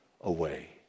away